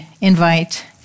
invite